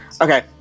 Okay